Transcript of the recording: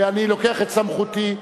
ואני לוקח את סמכותי,